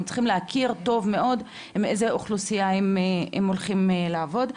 הם צריכים להכיר טוב מאוד עם איזו אוכלוסייה הם הולכים לעבוד.